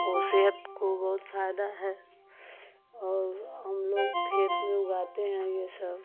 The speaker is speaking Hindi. ओ सेहत को बहुत फायदा है और हम लोग खेत में उगाते हैं ये सब